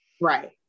Right